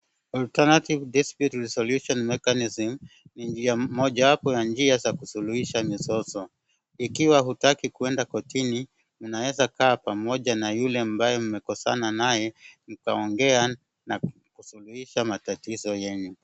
Alternative dispute resolution mechanism ni njia mojawapo ya njia za kusuluhisha mizozo. Ikiwa hutaki kwenda kotini mnaeza kaa pamoja na yule ambaye mmekosana naye mkaongea na kusuluhisha matatizo yenu.